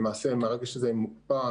מהרגע שזה מוקפא,